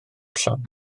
llong